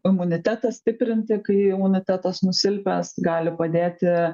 imunitetą stiprinti kai imunitetas nusilpęs gali padėti